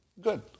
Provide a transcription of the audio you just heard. Good